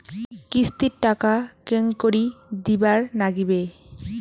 কিস্তির টাকা কেঙ্গকরি দিবার নাগীবে?